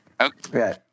Okay